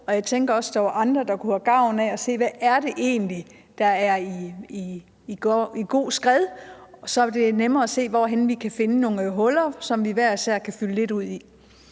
Jeg tænker også, at der er andre, der kunne have gavn af at se, hvad det egentlig er, der er i god gænge. Så er det nemmere at se, hvor vi kan finde nogle huller, som vi hver især kan fylde lidt ud.